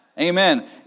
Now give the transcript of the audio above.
Amen